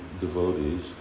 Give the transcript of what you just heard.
devotees